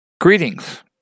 Greetings